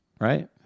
right